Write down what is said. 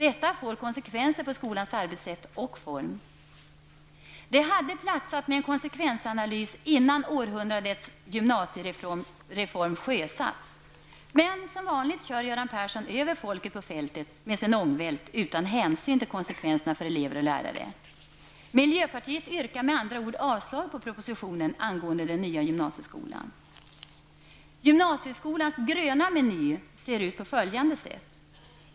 Detta är frågor som får konsekvenser för skolans arbetssätt och form. Det hade varit på sin plats med en konsekvensanalys innan århundradets gymnasiereform sjösattes, men som vanligt kör Göran Persson över folket på fältet med sin ångvält, utan hänsyn till konsekvenserna för elever och lärare. Miljöpartiet yrkar med andra ord avslag på propositionen angående den nya gymnasieskolan. Gymnasieskolans gröna meny ser ut på följande sätt.